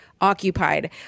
occupied